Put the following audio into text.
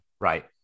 right